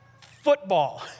football